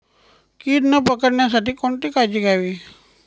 कीड न पडण्यासाठी कोणती काळजी घ्यावी?